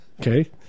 Okay